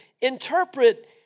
interpret